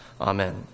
Amen